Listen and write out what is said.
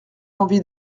envie